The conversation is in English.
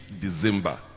December